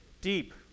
deep